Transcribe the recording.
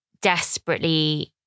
desperately